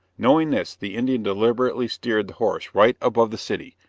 knowing this, the indian deliberately steered the horse right above the city,